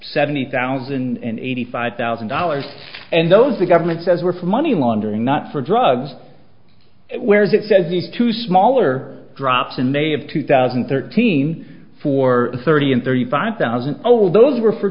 seventy thousand and eighty five thousand dollars and those the government says were for money laundering not for drugs where is it says these two smaller drops in may of two thousand and thirteen for thirty and thirty five thousand oh those were for